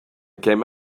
came